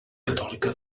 catòlica